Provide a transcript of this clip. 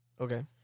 okay